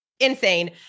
Insane